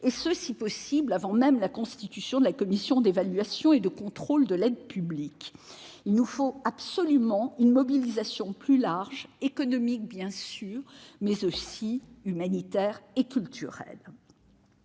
si possible avant même la constitution de la commission d'évaluation de l'aide publique au développement. Il nous faut absolument une mobilisation plus large, économique, bien sûr, mais aussi humanitaire et culturelle.